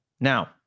Now